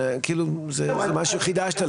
חידשת לי,